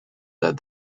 that